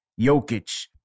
Jokic